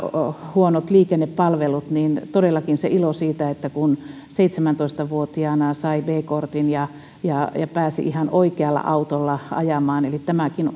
huonot liikennepalvelut todellakin sen ilon siitä kun seitsemäntoista vuotiaana sai b kortin ja pääsi ihan oikealla autolla ajamaan eli tämäkin